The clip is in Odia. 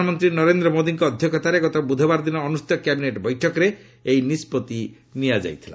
ପ୍ରଧାନମନ୍ତ୍ରୀ ନରେନ୍ଦ୍ର ମୋଦିଙ୍କ ଅଧ୍ୟକ୍ଷତାରେ ଗତ ବୁଧବାର ଅନୁଷ୍ଠିତ କ୍ୟାବିନେଟ ବୈଠକରେ ଏହି ନିଷ୍ପଭି ନିଆଯାଇଥିଲା